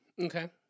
okay